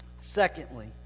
Secondly